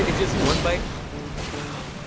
and just one bite wow, my